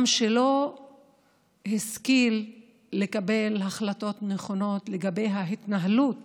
גם שלא השכיל לקבל החלטות נכונות לגבי ההתנהלות